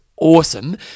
Awesome